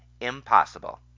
impossible